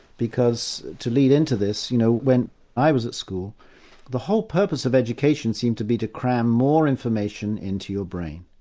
because to lead into this, you know when i was at school the whole purpose of education seemed to be to cram more information into your brain.